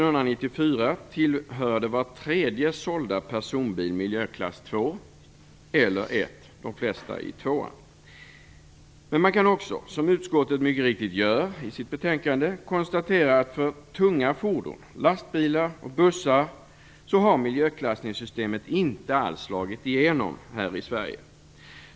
Under Men man kan också, som utskottet mycket riktigt gör i sitt betänkande, konstatera att för tunga fordon - lastbilar och bussar - har miljöklassningssystemet inte alls slagit igenom här i Sverige.